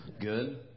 Good